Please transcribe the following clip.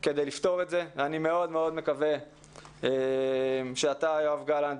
כדי לפתור את זה ואני מאוד מאוד מקווה שאתה יואב גלנט,